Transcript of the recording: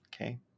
okay